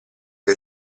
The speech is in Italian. che